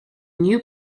new